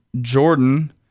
Jordan